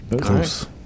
Close